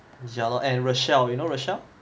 ya and rochelle you know rochelle